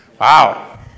Wow